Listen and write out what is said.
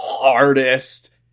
artist